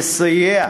יסייע